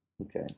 Okay